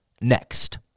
Next